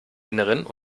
innern